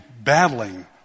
battling